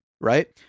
right